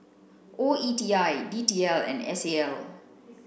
O E T I D T L and S A L